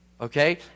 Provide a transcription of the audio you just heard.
okay